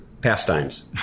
pastimes